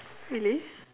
really